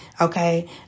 Okay